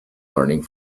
learning